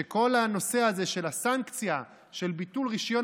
שכל הנושא הזה של הסנקציה של ביטול רישיון